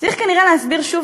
צריך כנראה להסביר שוב,